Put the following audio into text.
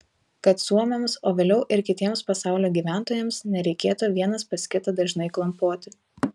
kad suomiams o vėliau ir kitiems pasaulio gyventojams nereikėtų vienas pas kitą dažnai klampoti